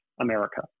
America